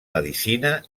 medicina